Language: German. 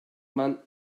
man